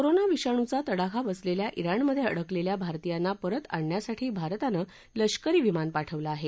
corona विषाणुचा तडाखा बसलेल्या इराणमध्ये अडकलेल्या भारतीयांना परत आणण्यासाठी भारतानं लष्करी विमान पाठवलं आहे